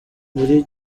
muri